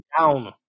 down